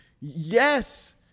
yes